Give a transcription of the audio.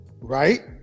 right